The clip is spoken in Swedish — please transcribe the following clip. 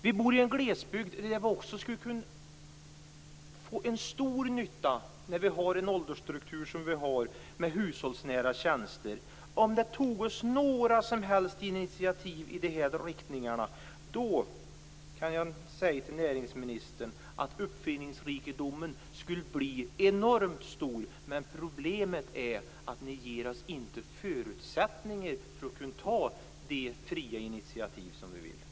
Vi bor i en glesbygd där vi har en åldersstruktur som innebär att vi skulle kunna få stor nytta av hushållsnära tjänster. Om det togs några som helst initiativ i de här riktningarna skulle uppfinningsrikedomen bli enormt stor, men problemet är att ni inte ger oss förutsättningar för att kunna ta de fria initiativ som vi vill.